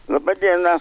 laba diena